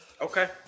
Okay